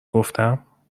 گفتم